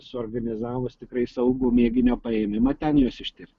suorganizavus tikrai saugų mėginio paėmimą ten juos ištirt